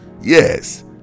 Yes